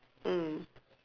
mm